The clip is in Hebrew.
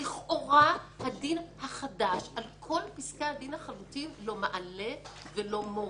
ולכאורה הדין החדש על פסקי הדין החלוטים לא מעלה ולא מוריד.